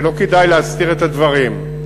ולא כדאי להזכיר את הדברים,